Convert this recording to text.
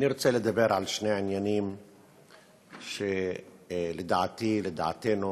אני רוצה לדבר על שני עניינים שלדעתי, לדעתנו,